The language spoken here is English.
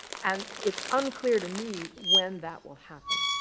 and it's unclear to me when that will happen.